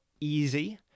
easy